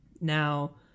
Now